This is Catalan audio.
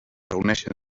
reuneixen